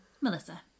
Melissa